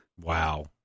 Wow